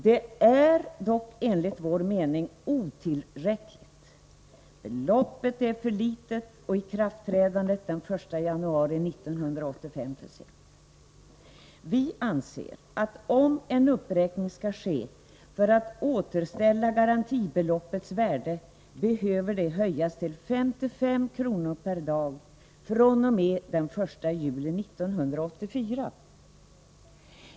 Detta är dock, enligt vår mening, otillräckligt. Beloppet är för litet, och ikraftträdandet den 1 januari 1985 kommer för sent. Vi anser att om en uppräkning skall ske för att återställa garantibeloppets värde behöver det höjas till 55 kr. per dag, fr.o.m. den 1 juli 1984.